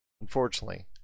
unfortunately